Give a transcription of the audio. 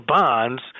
bonds